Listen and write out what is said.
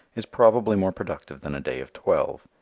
is probably more productive than a day of twelve.